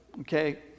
Okay